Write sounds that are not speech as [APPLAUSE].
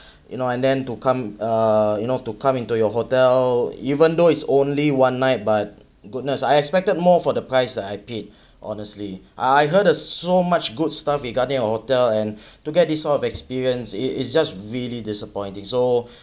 you know and then to come uh you know to come into your hotel even though it's only one night but goodness I expected more for the price that I paid honestly I heard a so much good stuff regarding your hotel and to get this sort of experience it it's just really disappointing so [BREATH]